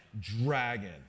dragon